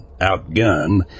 outgunned